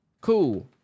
cool